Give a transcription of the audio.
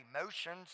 emotions